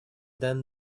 then